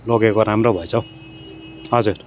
लगेको राम्रो भएछ हौ हजुर